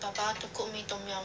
papa to cook me tom-yum